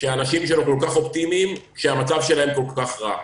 שהאנשים שלו כל כך אופטימיים כאשר המצב שלהם כל כך רע,